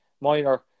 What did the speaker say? minor